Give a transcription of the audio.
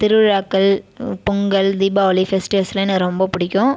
திருவிழாக்கள் பொங்கல் தீபாவளி ஃபெஸ்டிவல்ஸ்ல்லாம் எனக்கு ரொம்ப பிடிக்கும்